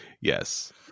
Yes